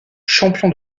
champion